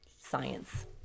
science